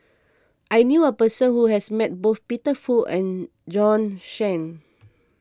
I knew a person who has met both Peter Fu and Bjorn Shen